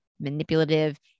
manipulative